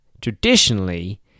traditionally